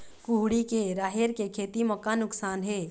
कुहड़ी के राहेर के खेती म का नुकसान हे?